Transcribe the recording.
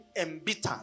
embittered